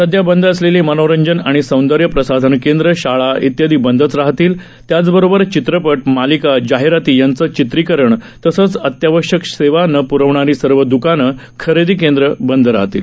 सध्या बंद असलेली मनोरंजन आणि सौंदर्यप्रसाधन केंद्र शाळा इत्यादी बंदच राहतील त्याचबरोबर चित्रप मालिका जाहिराती यांचं चित्रीकरण तसंच अत्यावश्यक सेवा न प्रवणारी सर्व दुकानं खरेदी केंद्रं बंद राहतील